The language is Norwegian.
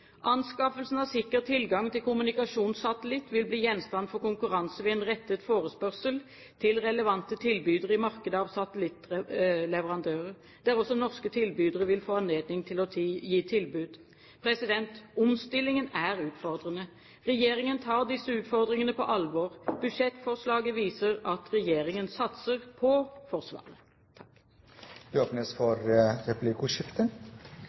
Anskaffelsen av sikker tilgang til kommunikasjonssatellitt vil bli gjenstand for konkurranse ved en rettet forespørsel til relevante tilbydere i markedet av satellittleverandører, der også norske tilbydere vil få anledning til å gi tilbud. Omstillingen er utfordrende. Regjeringen tar disse utfordringene på alvor. Budsjettforslaget viser at regjeringen satser på Forsvaret. Det åpnes for replikkordskifte.